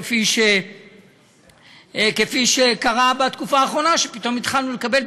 כפי שקרה בתקופה האחרונה שפתאום התחלנו לקבל,